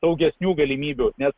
saugesnių galimybių nes